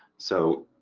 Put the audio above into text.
so